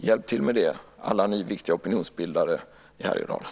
Hjälp till med det, alla ni viktiga opinionsbildare i Härjedalen!